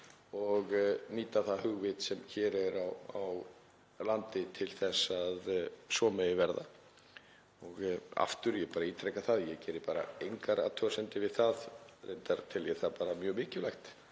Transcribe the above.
og nýta það hugvit sem hér er á landi til þess að svo megi verða. Ég bara ítreka það að ég geri engar athugasemdir við það, reyndar tel ég það bara mjög mikilvægt,